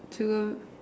true